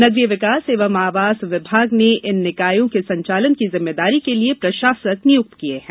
नगरीय विकास एवं आवास विभाग ने इन निकायों के संचालन की जिम्मेदारी के लिए प्रशासक नियुक्त किए हैं